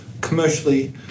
commercially